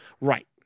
Right